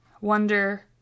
wonder